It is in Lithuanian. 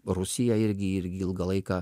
rusija irgi ilgą laiką